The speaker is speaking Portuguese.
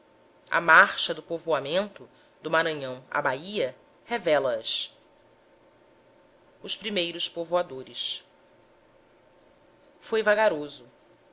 a marcha do povoamento do maranhão à bahia revela as os primeiros povoadores foi vagaroso